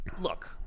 look